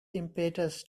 impetus